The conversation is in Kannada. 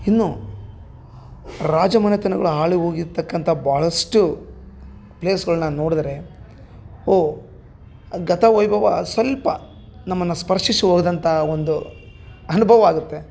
ಇನ್ನು ರಾಜ ಮನೆತನಗಳು ಆಳಿ ಹೋಗಿರ್ತಕ್ಕಂಥ ಭಾಳಸ್ಟು ಪ್ಲೇಸ್ಗಳ್ನ ನೋಡದರೆ ಹೋ ಅದು ಗತ ವೈಭವ ಸ್ವಲ್ಪ ನಮ್ಮನ್ನ ಸ್ಪರ್ಶಿಸ ಹೋದಂಥ ಒಂದು ಅನುಭವ ಆಗುತ್ತೆ